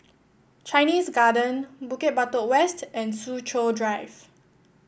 Chinese Garden Bukit Batok West and Soo Chow Drive